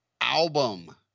album